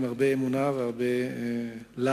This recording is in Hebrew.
עם הרבה אמונה והרבה להט.